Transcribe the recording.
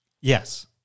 Yes